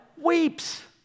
weeps